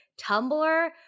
tumblr